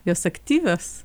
jos aktyvios